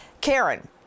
karen